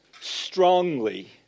strongly